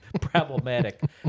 problematic